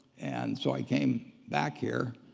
and so i came back here,